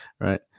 right